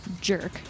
jerk